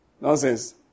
Nonsense